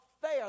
fair